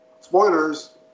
spoilers